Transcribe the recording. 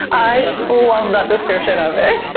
i love that description of it.